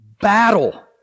Battle